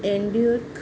ఎన్డ్యూర్క్